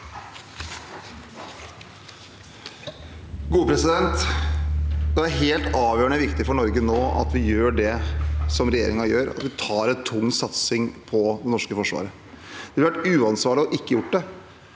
Det er helt avgjørende viktig for Norge nå at vi gjør det som regjeringen gjør, at vi har en tung satsing på det norske forsvaret. Det ville vært uansvarlig ikke å gjøre det.